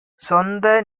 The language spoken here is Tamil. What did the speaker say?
சொந்த